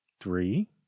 three